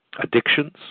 addictions